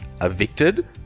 evicted